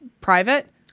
private